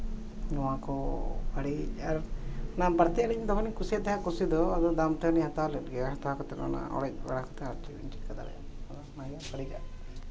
ᱱᱚᱣᱟ ᱠᱚ ᱟᱹᱰᱤ ᱟᱨ ᱚᱱᱟ ᱵᱟᱹᱲᱛᱤᱭᱟᱜ ᱫᱚ ᱫᱚᱢᱮᱞᱤᱧ ᱠᱩᱥᱤᱭᱟᱜ ᱛᱟᱦᱮᱫ ᱠᱩᱥᱤ ᱫᱚ ᱟᱫᱚ ᱫᱟᱢ ᱛᱮᱦᱚᱸ ᱞᱤᱧ ᱦᱟᱛᱟᱣ ᱞᱮᱫ ᱜᱮᱭᱟ ᱦᱟᱛᱟᱣ ᱠᱟᱛᱮᱫ ᱚᱱᱮ ᱚᱬᱮᱡ ᱵᱟᱲᱟ ᱠᱟᱛᱮᱫ ᱟᱨ ᱪᱮᱫ ᱞᱤᱧ ᱪᱤᱠᱟᱹ ᱫᱟᱲᱮᱭᱟᱜᱼᱟ